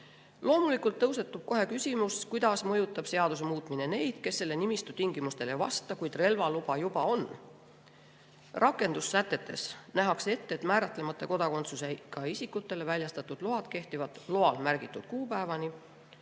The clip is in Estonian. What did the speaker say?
kohta. Loomulikult tõusetub kohe küsimus, kuidas mõjutab seaduse muutmine neid, kes selle nimistu tingimustele ei vasta, kuid kel relvaluba juba on. Rakendussätetes nähakse ette, et määratlemata kodakondsusega isikutele väljastatud load kehtivad loal märgitud kuupäevani